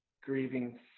grieving